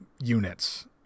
units